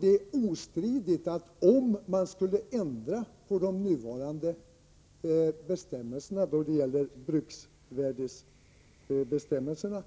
Det är ostridigt att om man skulle ändra på de nuvarande bruksvärdesbestämmelserna